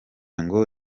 ngo